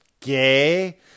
gay